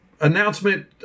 announcement